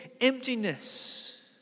emptiness